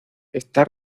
está